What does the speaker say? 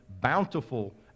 bountiful